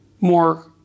more